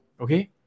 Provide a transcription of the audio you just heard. Okay